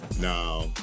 Now